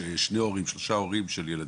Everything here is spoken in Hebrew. יש שניים שלושה הורים של ילדים.